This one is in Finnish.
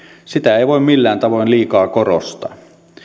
sitä ei voi millään tavoin liikaa korostaa